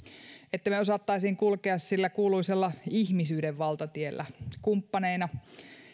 että me osaisimme kulkea sillä kuuluisalla ihmisyyden valtatiellä kumppaneina